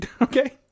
Okay